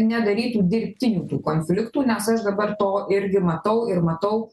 nedarytų dirbtinių konfliktų nes aš dabar to irgi matau ir matau